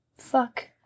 Fuck